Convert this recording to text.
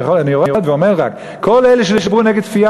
אני עומד ואומר כאן: כל אלה שדיברו נגד כפייה